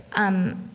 um,